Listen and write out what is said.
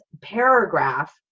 paragraph